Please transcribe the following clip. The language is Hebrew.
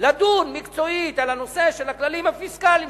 לדון מקצועית על הנושא של הכלל הפיסקלי,